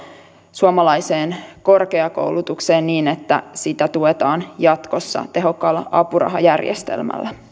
suomalaiseen korkeakoulutukseen niin että sitä tuetaan jatkossa tehokkaalla apurahajärjestelmällä